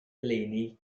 eleni